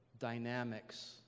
dynamics